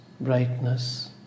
brightness